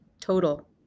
Total